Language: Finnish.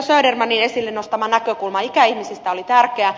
södermanin esille nostama näkökulma ikäihmisistä oli tärkeä